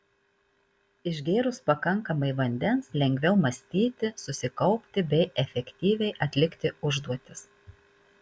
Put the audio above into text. išgėrus pakankamai vandens lengviau mąstyti susikaupti bei efektyviai atlikti užduotis